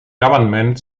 government